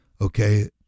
Okay